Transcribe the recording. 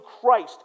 Christ